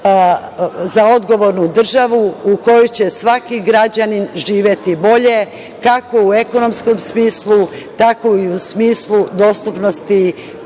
odgovornu državu u kojoj će svaki građanin živeti bolje, kako u ekonomskom smislu, tako i u smislu dostupnosti